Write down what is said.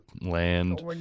land